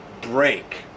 break